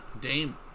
Dame